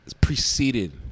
preceded